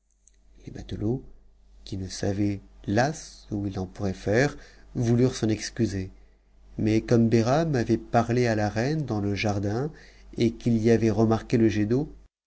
les matelots qui ne savaient f s où ils en pourraient faire voulurent s'en excuser mais comme em'atu avait parlé à la reine dans le jardin et qu'il y avait remarqué le jet d'eau